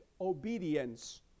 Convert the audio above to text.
obedience